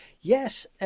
Yes